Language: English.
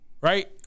Right